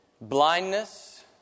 Blindness